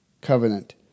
covenant